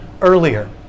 earlier